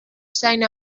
seine